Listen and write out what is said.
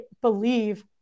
believe